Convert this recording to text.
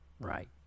Right